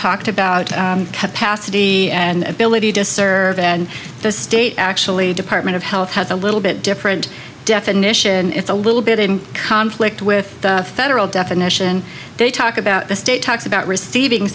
talked about capacity and ability to serve and the state actually department of health has a little bit different definition it's a little bit in conflict with the federal definition they talk about the state talks about receiving